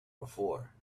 before